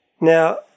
Now